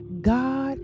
God